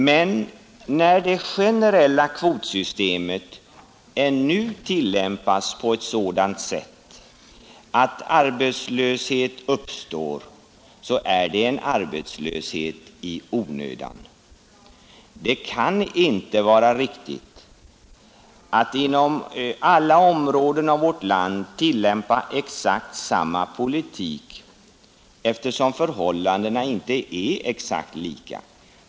Men när det generella kvotsystemet ännu tillämpas på ett sådant sätt att arbetslöshet uppstår, så är det en arbetslöshet i onödan. Det kan inte vara riktigt att inom alla områden av vårt land tillämpa exakt samma politik, eftersom förhållandena inte är exakt lika.